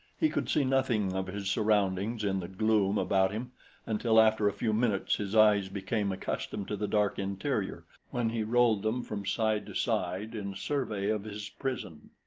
he could see nothing of his surroundings in the gloom about him until after a few minutes his eyes became accustomed to the dark interior when he rolled them from side to side in survey of his prison.